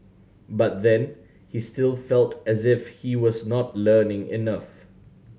but then he still felt as if he was not learning enough